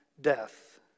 Death